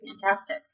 Fantastic